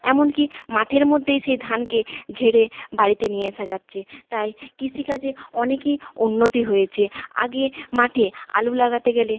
এমনকি মাঠের মধ্যেই সে ধানকে ঝেড়ে বাড়িতে নিয়ে আসা যাচ্ছে তাই কৃষি কাজে অনেকই উন্নতি হয়েছে আগে মাঠে আলু লাগাতে গেলে